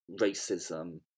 racism